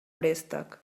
préstec